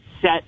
set